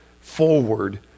forward